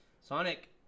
Sonic